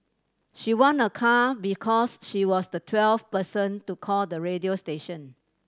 she won a car because she was the twelfth person to call the radio station